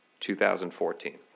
2014